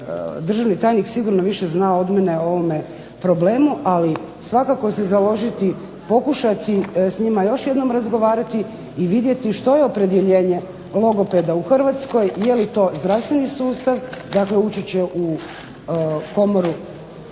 državni tajnik sigurno više zna od mene o ovome problemu ali svakako se založiti, pokušati s njima još jednom razgovarati i vidjeti što je opredjeljenje logopeda u Hrvatskoj, je li to zdravstveni sustav dakle ući će u komoru